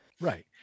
Right